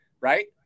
Right